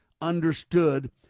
understood